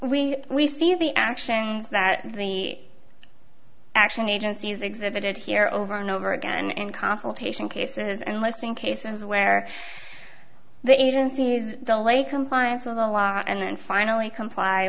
we we see the action that the action agencies exhibited here over and over again in consultation cases and listening cases where the agencies delay compliance with the law and then finally comply